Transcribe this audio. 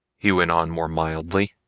he went on more mildly,